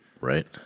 Right